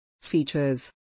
Features